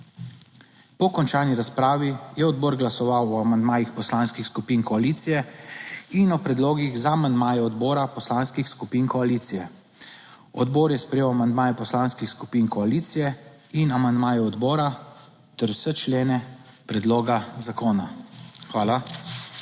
Po končani razpravi je odbor glasoval o amandmajih poslanskih skupin koalicije in o predlogih za amandmaje odbora poslanskih skupin koalicije. Odbor je sprejel amandmaje poslanskih skupin koalicije in amandmaje odbora ter vse člene predloga zakona. Hvala.